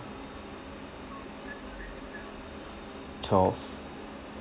twelve